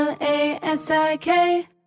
L-A-S-I-K